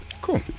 Cool